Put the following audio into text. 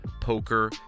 poker